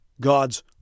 God's